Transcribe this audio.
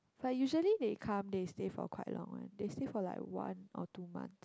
but usually they come they stay for quite long one they stay for like one or two months